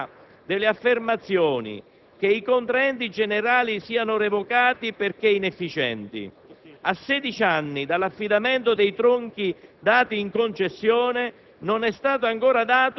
Sul piano politico va sottolineata la falsità delle affermazioni che i contraenti generali siano revocati perché inefficienti. A 16 anni dall'affidamento dei tronchi